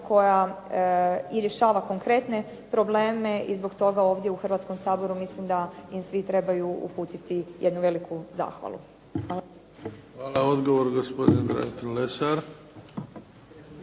koja rješava konkretne probleme i zbog toga u Hrvatskom saboru mislim da im svi trebaju uputiti jednu veliku zahvalu. Hvala. **Bebić, Luka (HDZ)** Hvala. Odgovor gospodin Dragutin Lesar.